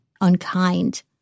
unkind